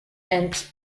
and